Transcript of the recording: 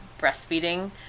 breastfeeding